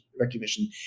recognition